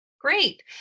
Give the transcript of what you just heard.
Great